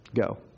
Go